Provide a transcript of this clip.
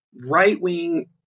right-wing